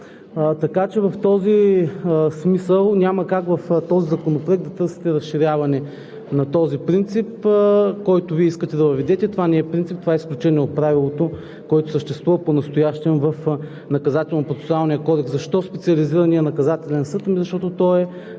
Така че в този смисъл няма как в този законопроект да търсите разширяване на принципа, който Вие искате да въведете. Това не е принцип, това е изключение от правилото, което съществува понастоящем в Наказателно-процесуалния кодекс. Защо Специализираният наказателен съд?